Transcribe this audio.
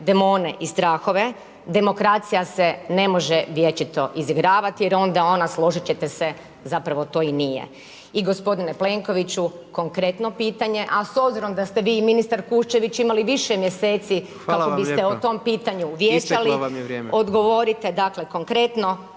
demone i strahove, demokracija se ne može vječito izigravat jer onda ona, složit ćete se, zapravo to i nije. I gospodine Plenkoviću konkretno pitanje, a s obzirom da ste vi i ministar Kuščević imali više mjeseci kako biste o tom pitanju vijećali odgovorite dakle konkretno,